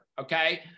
okay